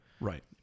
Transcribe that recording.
Right